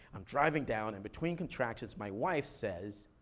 i'm driving down, and between contractions, my wife says,